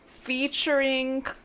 Featuring